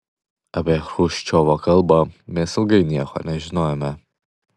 apie chruščiovo kalbą mes ilgai nieko nežinojome